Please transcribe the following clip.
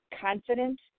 confident